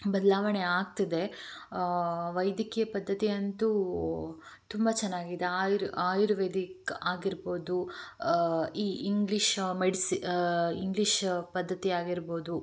ಬದಲಾವಣೆ ಆಗ್ತಿದೆ ವೈದ್ಯಕೀಯ ಪದ್ದತಿಯಂತು ತುಂಬ ಚೆನ್ನಾಗಿದೆ ಆಯುರ್ ಆಯುರ್ವೇದಿಕ್ ಆಗಿರ್ಬೋದು ಈ ಇಂಗ್ಲೀಷ್ ಮೆಡಿಸಿ ಈ ಇಂಗ್ಲೀಷ್ ಪದ್ದತಿ ಆಗಿರ್ಬೋದು